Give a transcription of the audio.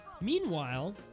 Meanwhile